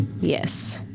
yes